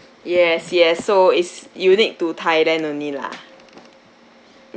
yes yes so is unique to thailand only lah